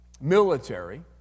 military